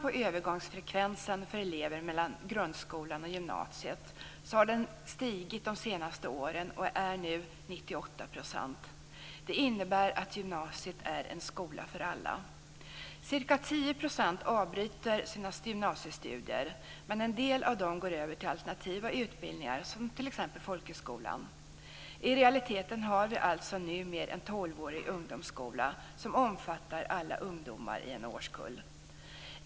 Sett till frekvensen vad gäller elevers övergång mellan grundskolan och gymnasiet har det varit en ökning under de senaste åren. Nu är det fråga om 98 %. Det innebär att gymnasiet är en skola för alla. Ca 10 % avbryter sina gymnasiestudier. En del av de här eleverna går över till alternativa utbildningar, t.ex. till folkhögskolan. I realiteten har vi alltså numera en tolvårig ungdomsskola som omfattar alla ungdomar i en årskull.